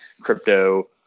crypto